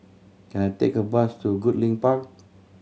can I take a bus to Goodlink Park